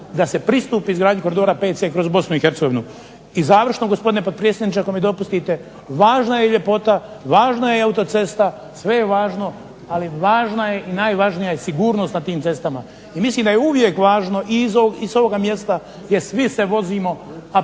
da se pristupi izgradnji koridora VC kroz Bosnu i Hercegovinu. I završno gospodine potpredsjedniče ako mi dopustite, važna je i ljepota, važna je i autocesta, sve je važno, ali važna je i najvažnija je sigurnost na tim cestama, i mislim da je uvijek važno i s ovoga mjesta jer svi se vozimo,